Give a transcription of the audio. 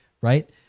right